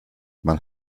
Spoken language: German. man